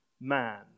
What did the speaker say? man